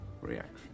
reaction